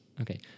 Okay